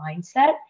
mindset